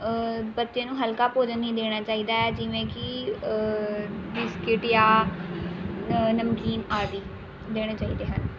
ਬੱਚੇ ਨੂੰ ਹਲਕਾ ਭੋਜਨ ਹੀ ਦੇਣਾ ਚਾਹੀਦਾ ਹੈ ਜਿਵੇਂ ਕਿ ਬਿਸਕਿਟ ਜਾਂ ਨਮਕੀਨ ਆਦਿ ਦੇਣੇ ਚਾਹੀਦੇ ਹਨ